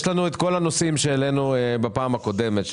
יש את כל הנושאים שהעלינו בפעם הקודמת,